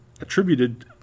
attributed